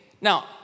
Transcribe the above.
Now